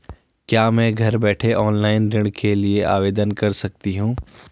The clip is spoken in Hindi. क्या मैं घर बैठे ऑनलाइन ऋण के लिए आवेदन कर सकती हूँ?